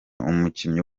umukinnyi